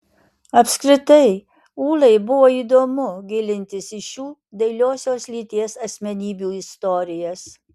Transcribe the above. apskritai ūlai buvo įdomu gilintis į šių dailiosios lyties asmenybių istorijas